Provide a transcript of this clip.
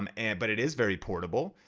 um and but it is very portable.